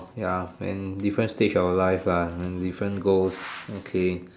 ya and different stage of life lah and different goals okay